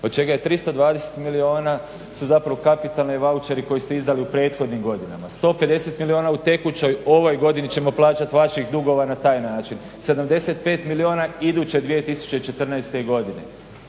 od čega je 320 milijuna su zapravo kapitalni vaučeri koji ste izdali u prethodnim godinama, 150 milijuna u tekućoj ovoj godini ćemo plaćati vaših dugova na taj način. 75 milijuna iduće 2014. godine.